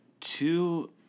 two